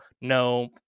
no